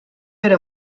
era